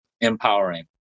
empowering